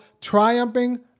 triumphing